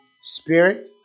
spirit